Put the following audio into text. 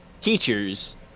teachers